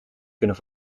kunnen